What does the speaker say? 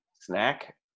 snack